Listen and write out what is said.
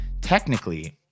technically